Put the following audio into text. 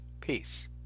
Peace